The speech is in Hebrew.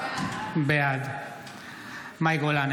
בעד מאי גולן,